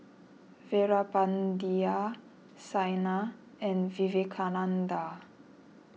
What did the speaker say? Veerapandiya Saina and Vivekananda